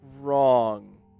wrong